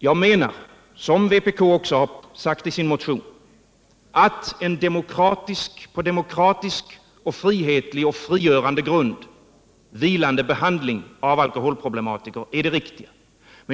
Jag menar, som vpk också faktiskt skriver i sin motion, att en på demokratisk och frihetlig grund vilande behandling av alkoholproblematiken är det riktiga.